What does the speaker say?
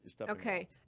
Okay